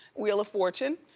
wheel of fortune.